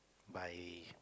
by